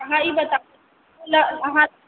हमरा ई बताउ कोन अहाँ